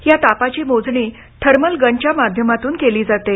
या तापाची मोजणी थर्मल गनच्या माध्यमातून केली जाते